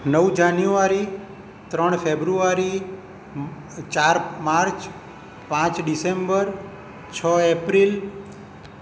નવ જાન્યુઆરી ત્રણ ફેબ્રુઆરી ચાર માર્ચ પાંચ ડિસેમ્બર છ એપ્રિલ